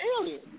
alien